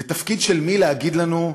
ותפקיד מי להגיד לנו: